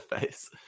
face